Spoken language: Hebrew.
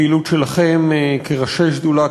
הפעילות שלכם כראשי שדולה,